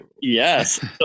yes